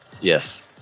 Yes